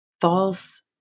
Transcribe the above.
false